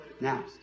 Now